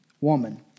woman